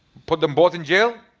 put them both in jail?